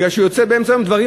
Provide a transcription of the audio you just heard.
כי הוא יוצא באמצע היום.